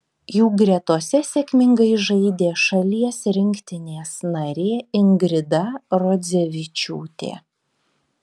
jų gretose sėkmingai žaidė šalies rinktinės narė ingrida rodzevičiūtė